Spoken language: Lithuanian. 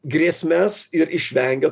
grėsmes ir išvengia